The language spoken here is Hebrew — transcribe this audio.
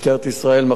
מחוז ירושלים,